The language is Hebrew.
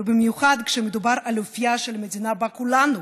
ובמיוחד כשמדובר על אופייה של המדינה שבה כולנו,